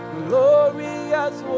glorious